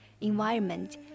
environment